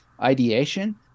ideation